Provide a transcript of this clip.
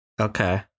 Okay